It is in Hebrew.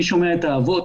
מי שומע את האבות?